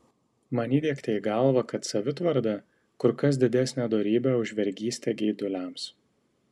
man įdiegta į galvą kad savitvarda kur kas didesnė dorybė už vergystę geiduliams